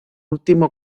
último